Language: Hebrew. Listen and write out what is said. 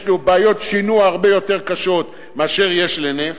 לו בעיות שינוע הרבה יותר קשות מאשר יש לנפט,